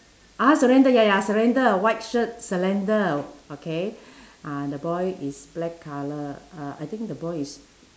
ah surrender ya ya surrender white shirt surrender okay uh the boy is black colour uh I think the boy is